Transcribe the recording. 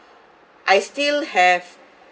I still have